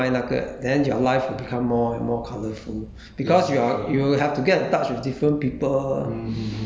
I 我觉得也是比较多样化 lah 你如果要卖这个卖那个 then your life will become more and more colourful